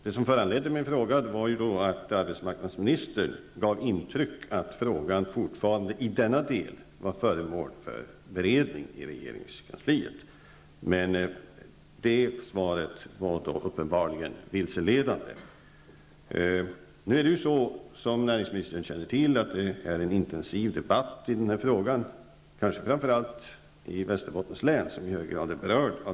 Det som föranledde min fråga var att arbetsmarknadsministern gav intryck av att frågan i denna del fortfarande var föremål för beredning i regeringskansliet. Men det svaret var uppenbarligen vilseledande. Som näringsministern känner till pågår en intensiv debatt i den här frågan, och kanske framför allt i Västerbottens län som i hög grad är berört.